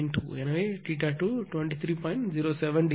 07 degree